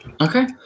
Okay